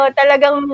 talagang